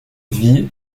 vit